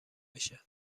بشه